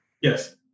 yes